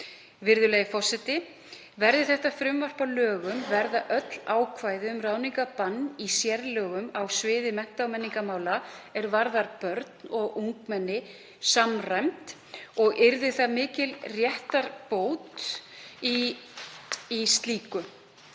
Virðulegi forseti. Verði þetta frumvarp að lögum verða öll ákvæði um ráðningarbann í sérlögum á sviði mennta- og menningarmála er varða börn og ungmenni samræmd og yrði mikil réttarbót í slíku,